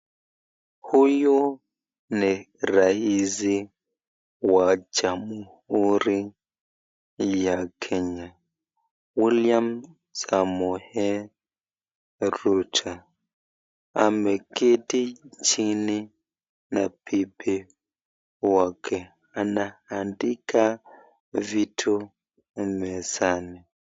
Huyu ni raisi wa Jamhuri ya Kenya, William Samoei Ruto. Ameketi chini na bibi wake. Anaandika vitu mezani.